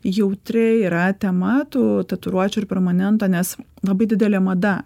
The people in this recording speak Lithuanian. jautri yra tema tų tatuiruočių ir permanento nes labai didelė mada